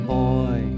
boy